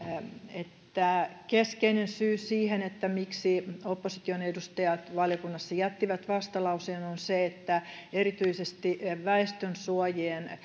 että keskeinen syy siihen miksi opposition edustajat valiokunnassa jättivät vastalauseen on se että erityisesti väestönsuojien